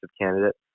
candidate